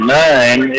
nine